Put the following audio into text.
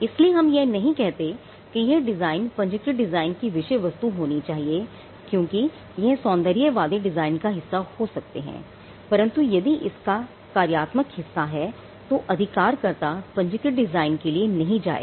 इसलिए हम यह नहीं कहते कि यह डिजाइन पंजीकृत डिजाइन की विषय वस्तु होनी चाहिए क्योंकि यह सौंदर्यवादी डिजाइन का हिस्सा हो सकते हैं परंतु यदि इसका कार्यात्मक हिस्सा है तो अधिकारकर्ता पंजीकृत डिजाइन के लिए नहीं जाएगा